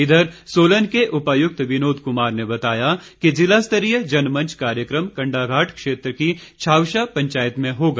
इधर सोलन के उपायुक्त विनोद कुमार ने बताया कि ज़िलास्तरीय जनमंच कार्यक्रम कंडाघाट क्षेत्र की छावशा पंचायत में होगा